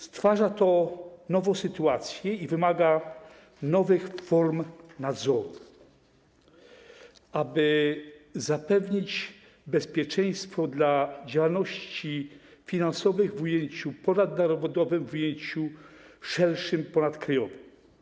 Stwarza to nową sytuację i wymaga nowych form nadzoru, aby zapewnić bezpieczeństwo dotyczące działalności finansowej w ujęciu ponadnarodowym, w ujęciu szerszym, ponadkrajowym.